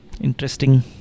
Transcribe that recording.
interesting